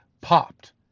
popped